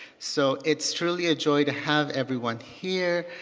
so it's truly a joy to have everyone here.